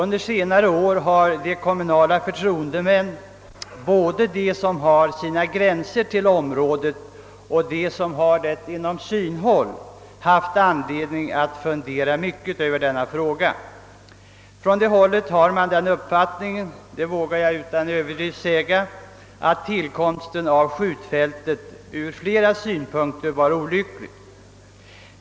Under senare år har förtroendemännen i kommuner som gränsar till området och i närbelägna kommuner i övrigt haft anledning att fundera mycket över denna fråga. Jag vågar utan överdrift påstå, att man på detta håll har den uppfattningen att tillkomsten av skjutfältet från flera synpunkter var olycklig.